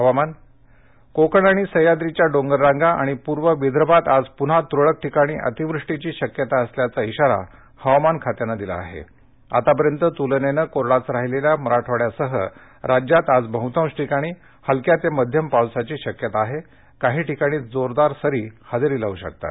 हवामान कोकण सह्याद्रीच्या डोंगर रांगा आणि पूर्व विदर्भात आज पुन्हा तुरळक ठिकाणी अतिवृष्टीची शक्यता असल्याचा इशारा हवामान खात्यानं दिला आह आतापर्यंत तुलनी कोरडाच राहिलस्खा मराठवाड्यासह राज्यात आज बहुतांश ठिकाणी हलक्या तत्तियम पावसाची शक्यता आहक्विही ठिकाणी जोरदार सरी हजरीीलावू शकतात